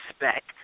respect